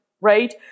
right